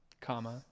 Comma